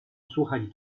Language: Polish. słuchać